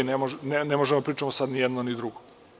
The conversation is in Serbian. Ne možemo da pričamo sada ni jedno ni drugo.